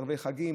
ערבי חגים,